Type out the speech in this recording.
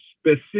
specific